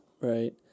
Right